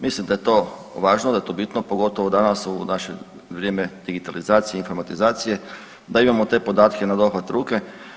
Mislim da je to važno, da je to bitno, pogotovo danas u naše vrijeme digitalizacije, informatizacije da imamo te podatke na dohvat ruke.